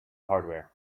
hardware